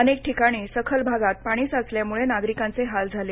अनेक ठिकाणी सखल भागात पाणी साचल्याम्ळं नागरिकांचे हाल झाले